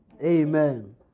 Amen